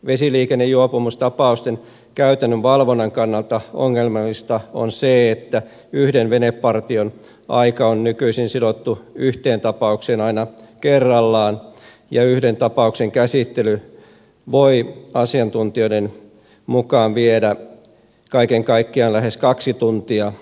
vesiliikennejuopumustapausten käytännön valvonnan kannalta ongelmallista on se että yhden venepartion aika on nykyisin sidottu yhteen tapaukseen aina kerrallaan ja yhden tapauksen käsittely voi asiantuntijoiden mukaan viedä kaiken kaikkiaan lähes kaksi tuntia